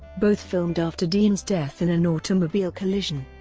both filmed after dean's death in an automobile collision.